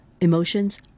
emotions